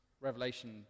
Revelation